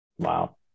Wow